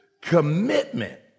Commitment